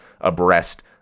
abreast